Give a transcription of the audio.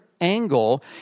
angle